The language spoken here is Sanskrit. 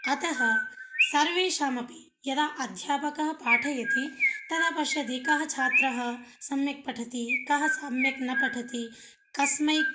अतः सर्वेषाम् अपि यदा अध्यापकः पाठयति तदा पश्यति कः छात्रः सम्यक् पठति कः सम्यक् न पठति कस्मै